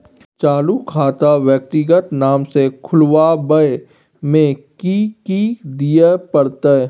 चालू खाता व्यक्तिगत नाम से खुलवाबै में कि की दिये परतै?